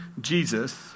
Jesus